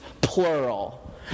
plural